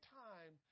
time